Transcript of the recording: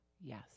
yes